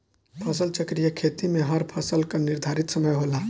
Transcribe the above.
फसल चक्रीय खेती में हर फसल कअ निर्धारित समय होला